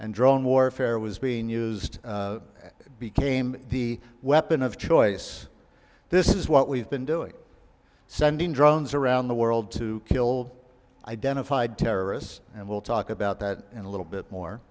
and drone warfare was being used became the weapon of choice this is what we've been doing sending drones around the world to kill identified terrorists and we'll talk about that and a little bit more